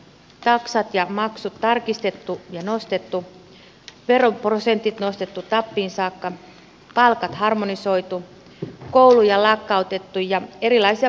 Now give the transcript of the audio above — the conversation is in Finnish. taksat ja maksut tarkistettu ja nostettu veroprosentit nostettu tappiin saakka palkat harmonisoitu kouluja lakkautettu ja erilaisia palveluverkkoratkaisuja tehty